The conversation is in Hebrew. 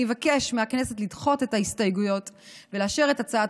אני אבקש מהכנסת לדחות את ההסתייגויות ולאשר את הצעת